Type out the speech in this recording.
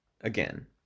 again